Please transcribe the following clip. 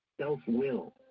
self-will